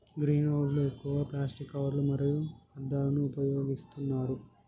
green house లు ఎక్కువగా plastic కవర్లు మరియు అద్దాలను ఉపయోగిస్తున్నారు